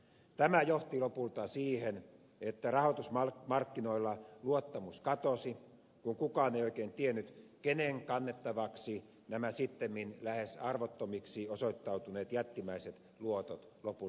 tämä johti lopulta siihen että rahoitusmarkkinoilla luottamus katosi kun kukaan ei oikein tiennyt kenen kannettavaksi nämä sittemmin lähes arvottomiksi osoittautuneet jättimäiset luotot lopulta tulevat